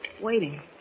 waiting